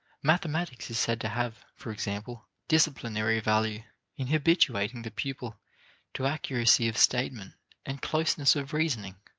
mathematics is said to have, for example, disciplinary value in habituating the pupil to accuracy of statement and closeness of reasoning